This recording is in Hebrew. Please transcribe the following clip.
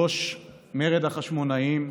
בראש מרד החשמונאים,